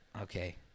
Okay